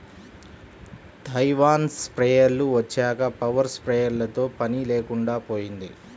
Taiwan స్ప్రేయర్లు వచ్చాక power స్ప్రేయర్లతో పని లేకుండా పోయింది